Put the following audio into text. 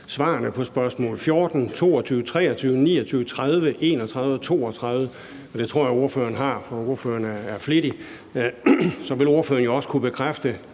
svarene på spørgsmål 14, 22, 23, 29, 30, 31 og 32? Det tror jeg ordføreren har, for ordføreren er flittig. Så vil ordføreren jo også kunne bekræfte,